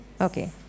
Okay